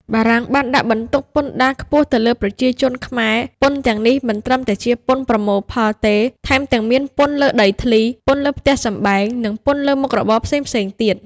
បារាំងបានដាក់បន្ទុកពន្ធដារខ្ពស់ទៅលើប្រជាជនខ្មែរ ពន្ធទាំងនេះមិនត្រឹមតែជាពន្ធប្រមូលផលទេ ថែមទាំងមានពន្ធលើដីធ្លី ពន្ធលើផ្ទះសម្បែង និងពន្ធលើមុខរបរផ្សេងៗទៀត។